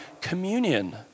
communion